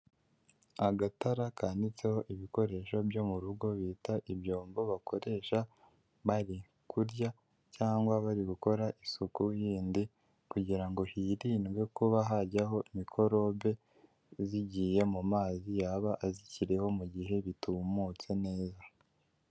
Agatara kanitseho ibikoresho byo mu rugo bita ibyombo bakoresha bari kurya cyangwa bari gukora isuku yindi kugira ngo hirindwe kuba hajyaho mikorobe zigiye mu mazi yaba azikiriho mu gihe bitumutse neza.